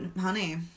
honey